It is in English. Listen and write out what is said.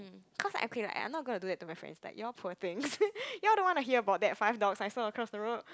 cause okay like I'm not gonna do that to my friends like y'all poor thing y'all don't want to hear that five dogs I saw across the road